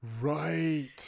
Right